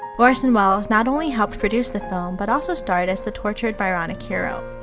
orson welles not only helped produce the film, but also starred as the tortured byronic hero.